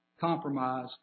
compromise